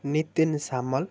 Nitin Samal